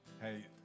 hey